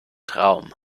traum